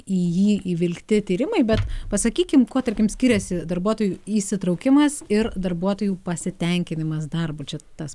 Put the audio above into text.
į jį įvilkti tyrimai bet pasakykim kuo tarkim skiriasi darbuotojų įsitraukimas ir darbuotojų pasitenkinimas darbu čia tas